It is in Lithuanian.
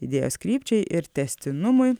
idėjos krypčiai ir tęstinumui